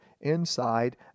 inside